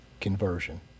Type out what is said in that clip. conversion